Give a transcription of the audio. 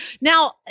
Now